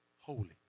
holy